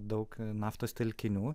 daug naftos telkinių